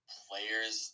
players